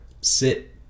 sit